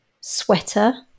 sweater